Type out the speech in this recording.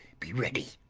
be ready!